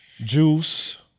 Juice